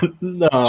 no